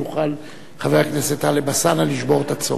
יוכל חבר הכנסת טלב אלסאנע לשבור את הצום.